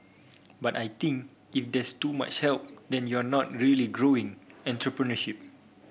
but I think if there is too much help then you are not really growing entrepreneurship